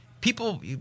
People